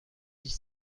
dix